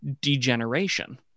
degeneration